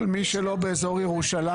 כל מי שהוא לא מאזור ירושלים.